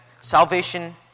Salvation